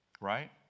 right